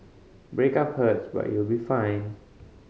breakup hurts but you'll be fine